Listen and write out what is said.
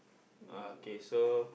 uh okay so